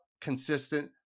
consistent